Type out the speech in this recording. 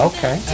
Okay